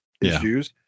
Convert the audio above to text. issues